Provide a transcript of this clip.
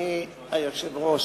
אדוני היושב-ראש,